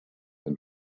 and